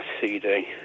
CD